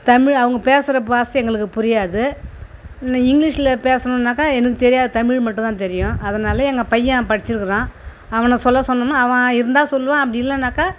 தமிழ் அவங்க பேசுகிற பாஷை எங்களுக்கு புரியாது இங்கிலீஷில் பேசணும்னாக்கா எனக்கு தெரியாது தமிழ் மட்டும் தான் தெரியும் அதனால் எங்கள் பையன் படிச்சிருக்கிறான் அவனை சொல்ல சொன்னேன்னா அவன் இருந்தால் சொல்வான் அப்படி இல்லைன்னாக்கா